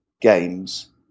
games